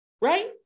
right